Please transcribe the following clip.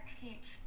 teach